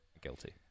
Guilty